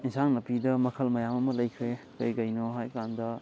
ꯏꯟꯁꯥꯡ ꯅꯥꯄꯤꯗ ꯃꯈꯜ ꯃꯌꯥꯝ ꯑꯃ ꯂꯩꯈ꯭ꯔꯦ ꯀꯩꯀꯩꯅꯣ ꯍꯥꯏꯀꯥꯟꯗ